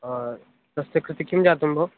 हा तस्य कृते किं जातं भोः